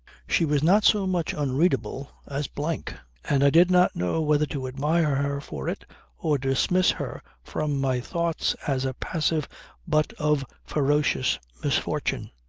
she was not so much unreadable as blank and i did not know whether to admire her for it or dismiss her from my thoughts as a passive butt of ferocious misfortune.